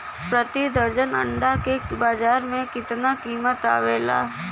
प्रति दर्जन अंडा के बाजार मे कितना कीमत आवेला?